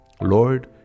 Lord